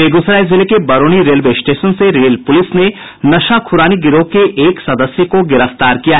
बेगूसराय जिले के Barauni railway station से रेल पुलिस से नशाखुरानी गिरोह के एक सदस्य को गिरफ्तार कर लिया